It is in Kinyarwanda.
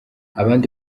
abandi